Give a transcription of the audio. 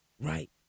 Right